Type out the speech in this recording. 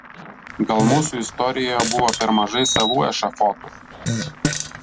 gal mūsų istorijoje buvo per mažai savų ešafotų